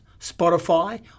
Spotify